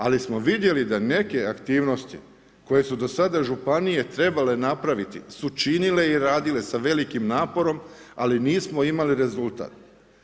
Ali vidjeli samo da neke aktivnosti koje su do sada županije trebale napraviti su činile i radile sa velikim naporom ali nismo imali rezultata.